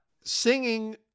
singing